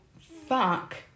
fuck